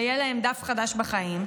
שיהיה להם דף חדש בחיים,